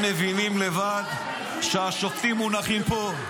--- הם מבינים לבד שהשופטים מונחים פה,